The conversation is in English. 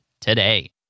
today